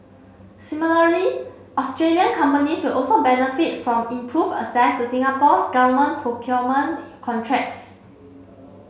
similarly Australian companies will also benefit from improved access to Singapore's government procurement contracts